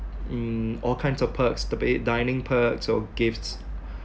mm all kinds of perks debate dining perks or gifts